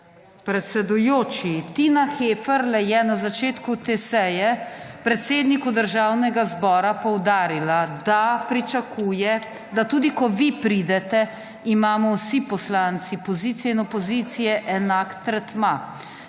predsedujoči, Tina Heferle je na začetku te seje predsedniku Državnega zbora poudarila, da pričakuje, da imamo, tudi ko vi pridete, vsi poslanci, pozicije in opozicije, enak tretma.